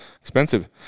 Expensive